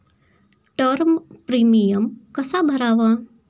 Term premium कसा भरावा?